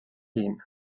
hun